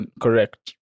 correct